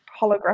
holographic